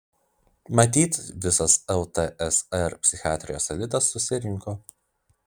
matyt visas ltsr psichiatrijos elitas susirinko